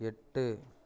எட்டு